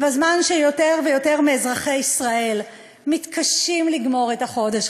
בזמן שיותר ויותר מאזרחי ישראל מתקשים לגמור את החודש,